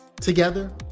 Together